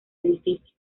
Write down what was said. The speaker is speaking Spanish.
edificio